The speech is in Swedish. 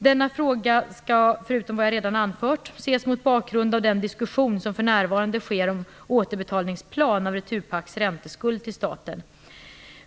Denna fråga skall, förutom vad jag redan anfört, ses mot bakgrund av den diskussion som för närvarande sker om återbetalningsplan av Returpacks ränteskuld till staten.